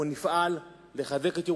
אנחנו נפעל לחזק את ירושלים,